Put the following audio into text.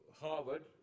Harvard